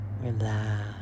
relax